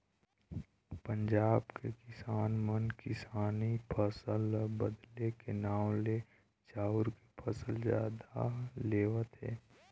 पंजाब के किसान मन किसानी फसल ल बदले के नांव ले चाँउर के फसल जादा लेवत हे